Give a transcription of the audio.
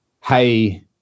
Hey